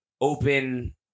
open